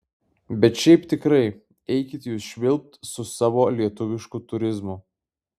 bet šiaip tikrai eikit jūs švilpt su savo lietuvišku turizmu